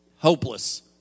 Hopeless